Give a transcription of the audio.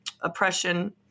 oppression